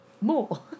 more